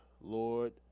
Lord